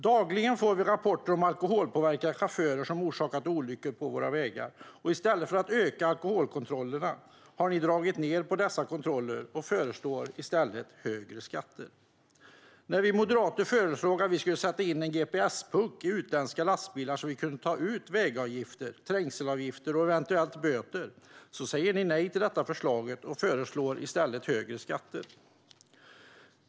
Dagligen får vi rapporter om alkoholpåverkade chaufförer som orsakat olyckor på våra vägar, och i stället för att öka alkoholkontrollerna har ni dragit ned på dessa kontroller och föreslår i stället högre skatter. När vi moderater föreslog att vi skulle sätta in en gps-puck i utländska lastbilar så att vi kan ta ut vägavgifter, trängselskatter och eventuellt böter säger ni nej till detta förslag och föreslår i stället högre skatter.